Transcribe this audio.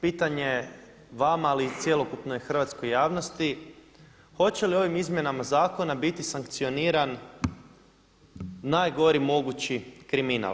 Pitanje vama ali i cjelokupnoj hrvatskoj javnosti, hoće li ovim izmjenama zakona biti sankcioniran najgori mogući kriminal?